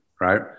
Right